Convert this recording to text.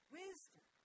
wisdom